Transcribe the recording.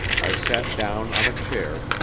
i sat down on a chair,